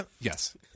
Yes